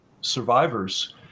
survivors